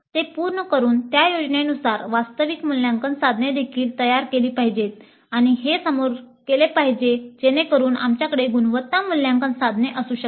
ते पूर्ण करून त्या योजनेनुसार वास्तविक मूल्यांकन साधने देखील तयार केली गेली पाहिजेत आणि हे समोर केले पाहिजे जेणेकरून आमच्याकडे गुणवत्ता मूल्यांकन साधने असू शकतील